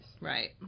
right